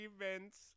events